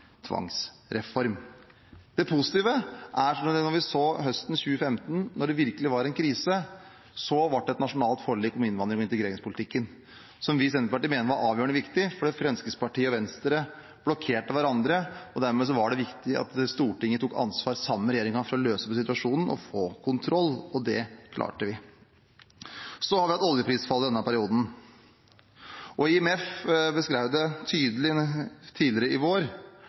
tvangsreform. Det positive er som det vi så høsten 2015. Da det virkelig var krise, ble det et nasjonalt forlik om innvandrings- og integreringspolitikken, som vi i Senterpartiet mener var avgjørende viktig, fordi Fremskrittspartiet og Venstre blokkerte hverandre, og dermed var det viktig at Stortinget tok ansvar sammen med regjeringen for å løse situasjonen og få kontroll. Det klarte vi. Så har vi hatt oljeprisfall i denne perioden. IMF beskrev det tydelig tidligere i vår,